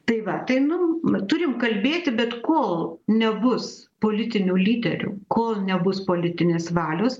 tai va tai nu turim kalbėti bet kol nebus politinių lyderių kol nebus politinės valios